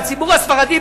והציבור הספרדי,